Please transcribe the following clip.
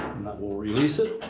will release it.